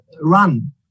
run